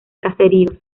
caseríos